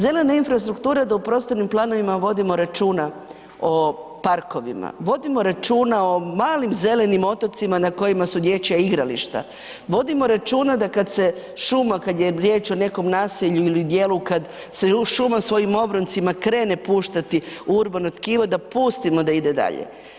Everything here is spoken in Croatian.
Zelena infrastruktura, da u prostornim planovima vodimo računa o parkovima, vodimo računa o malim zelenim otocima na kojima su dječja igrališta, vodimo računa da kad se šuma, kad je riječ o nekom naselju ili dijelu kad se šuma svojim obroncima krene puštati u urbano tkivo i da pustimo da ide dalje.